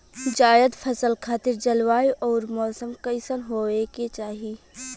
जायद फसल खातिर जलवायु अउर मौसम कइसन होवे के चाही?